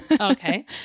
Okay